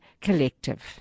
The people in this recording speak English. Collective